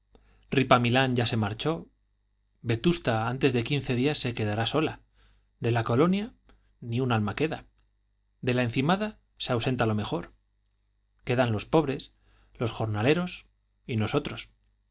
va ripamilán ya se marchó vetusta antes de quince días se quedará sola de la colonia ni un alma queda de la encimada se ausenta lo mejor quedan los pobres los jornaleros y nosotros